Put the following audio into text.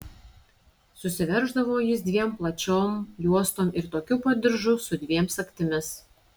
susiverždavo jis dviem plačiom juostom ir tokiu pat diržu su dviem sagtimis